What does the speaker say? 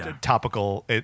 topical